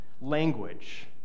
language